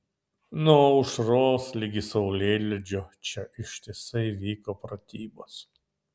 nuo aušros ligi saulėlydžio čia ištisai vyko pratybos